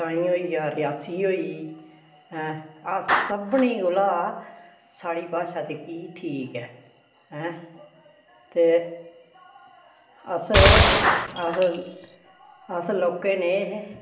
तुआहीं होइया रियासी होई ऐं अस सभनीं कोला साढ़ी भाशा जेह्की ठीक ऐ ऐं ते अस अस लोक नेह हे